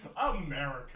america